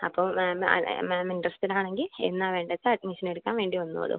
അപ്പം ma'am ma'am interested ആണെങ്കിൽ എന്നാണ് വേണ്ടതെന്നു വച്ചാൽ അഡ്മിഷൻ എടുക്കാൻ വേണ്ടി വന്നോളൂ